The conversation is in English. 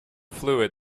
fluid